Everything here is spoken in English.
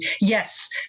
yes